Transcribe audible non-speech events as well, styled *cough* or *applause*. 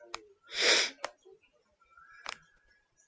*noise*